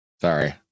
sorry